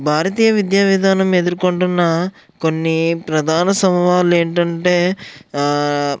భారతీయ విద్యా విధానం ఎదుర్కొంటున్న కొన్ని ప్రధాన సవాళ్లేంటంటే